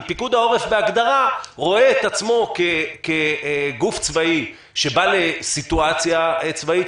כי פיקוד העורף בהגדרה רואה את עצמו כגוף צבאי שבא לסיטואציה צבאית,